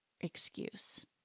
excuse